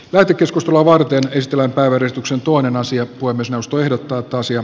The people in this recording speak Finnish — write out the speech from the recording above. jälkikeskustelua varten ystävänpäiväristuksen toinen asia kuin suostui ehdottaa paasio